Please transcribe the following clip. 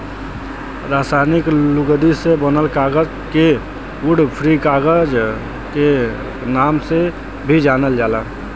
रासायनिक लुगदी से बनल कागज के वुड फ्री कागज क नाम से भी जानल जाला